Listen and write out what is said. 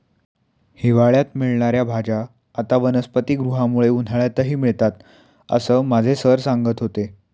हिवाळ्यात मिळणार्या भाज्या आता वनस्पतिगृहामुळे उन्हाळ्यातही मिळतात असं माझे सर सांगत होते